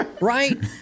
Right